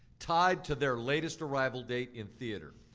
tied to their latest arrival date in theatre,